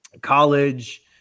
college